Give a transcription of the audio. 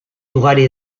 ugari